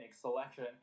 selection